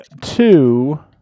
two